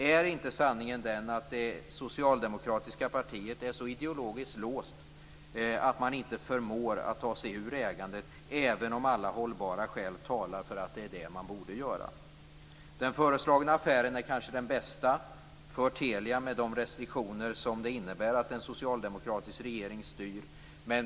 Är inte sanningen den att det socialdemokratiska partiet ideologiskt är så låst att man inte förmår att ta sig ur ägandet, även om alla hållbara skäl talar för att det är vad man borde göra? Den föreslagna affären är kanske den bästa för Telia, med de restriktioner som det innebär att en socialdemokratisk regering styr.